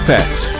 Pets